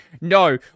no